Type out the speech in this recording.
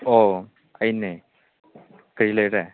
ꯑꯣ ꯑꯩꯅꯦ ꯀꯔꯤ ꯂꯩꯔꯦ